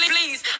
Please